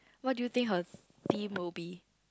what do you think her theme will be